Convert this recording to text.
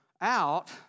out